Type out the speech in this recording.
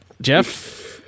Jeff